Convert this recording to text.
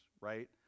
right